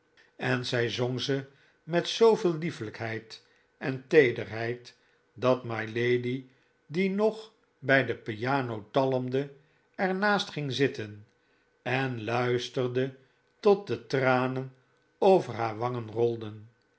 en zij zong ze met zooveel lief lijkheid en teederheid dat mylady die nog bij de piano talmde er naast ging zitten en luisterde tot de tranen over haar wangen rolden